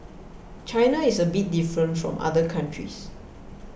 China is a bit different from other countries